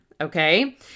okay